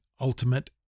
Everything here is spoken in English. ultimate